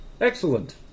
Excellent